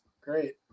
great